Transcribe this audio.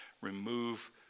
Remove